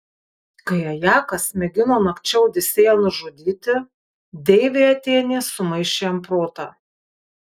kai ajakas mėgino nakčia odisėją nužudyti deivė atėnė sumaišė jam protą